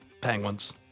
penguins